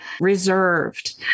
reserved